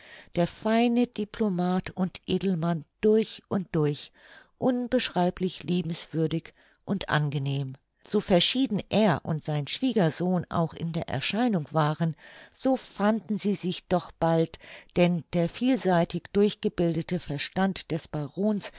der feine diplomat und edelmann durch und durch unbeschreiblich liebenswürdig und angenehm so verschieden er und sein schwiegersohn auch in der erscheinung waren so fanden sie sich doch bald denn der vielseitig durchgebildete verstand des barons